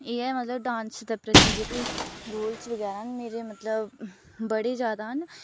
एह् ऐ मतलब डांस दे प्रति जेह्के गोल्स बगैरा न मतलब बड़े जादा न